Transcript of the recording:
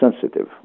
sensitive